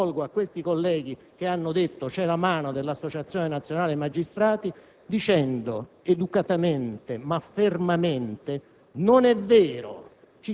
Mi rivolgo a tutti i colleghi che hanno indicato con il dito accusatore, in particolare, con la franchezza che di solito lo caratterizza, al collega